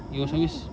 oh